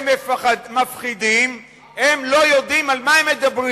הם מפחידים, הם לא יודעים על מה הם מדברים.